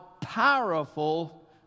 powerful